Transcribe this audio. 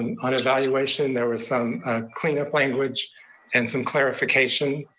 and on evaluation, there was some cleanup language and some clarification,